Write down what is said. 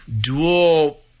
dual